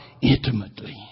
intimately